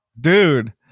Dude